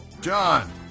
John